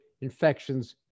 infections